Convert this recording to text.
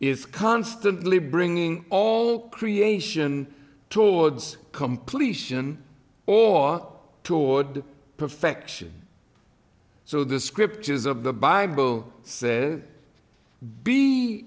is constantly bringing all creation towards completion or toward perfection so the scriptures of the bible says b